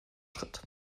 schritt